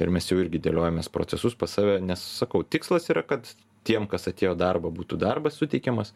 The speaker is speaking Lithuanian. ir mes jau irgi dėliojamės procesus pas save nes sakau tikslas yra kad tiem kas atėjo darbo būtų darbas suteikiamas